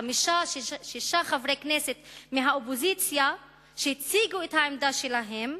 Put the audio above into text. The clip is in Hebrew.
חמישה-שישה חברי כנסת מהאופוזיציה שהציגו את העמדה שלהם,